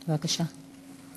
בבקשה.